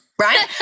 Right